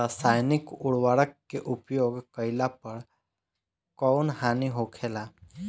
रसायनिक उर्वरक के उपयोग कइला पर कउन हानि होखेला?